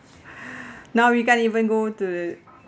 now you can't even go to